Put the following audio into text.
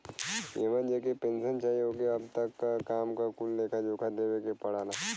एमन जेके पेन्सन चाही ओके अब तक क काम क कुल लेखा जोखा देवे के पड़ला